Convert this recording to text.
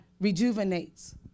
Rejuvenates